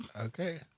okay